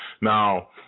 Now